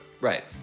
Right